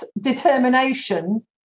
determination